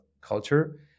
culture